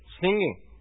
Singing